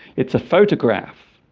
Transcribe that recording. it's a photograph